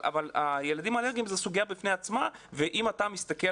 אבל הילדים האלרגיים זאת סוגיה בפני עצמה ואם אתה מסתכל